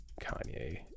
Kanye